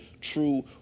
true